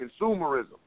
consumerism